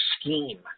scheme